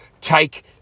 take